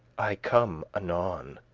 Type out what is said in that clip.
i come anon.